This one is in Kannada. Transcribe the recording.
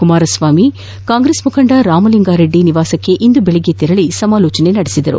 ಕುಮಾರಸ್ವಾಮಿ ಕಾಂಗ್ರೆಸ್ ಮುಖಂಡ ರಾಮಲಿಂಗಾ ರೆಡ್ಡಿ ನಿವಾಸಕ್ಕೆ ಇಂದು ಬೆಳಗ್ಗೆ ತೆರಳಿ ಸಮಾಲೋಚನೆ ನಡೆಸಿದರು